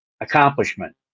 accomplishment